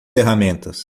ferramentas